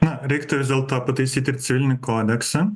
na reiktų vis dėlto pataisyt ir civilinį kodeksą